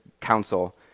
council